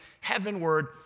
heavenward